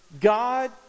God